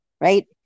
right